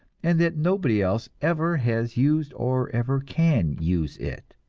and that nobody else ever has used or ever can use it.